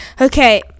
Okay